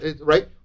right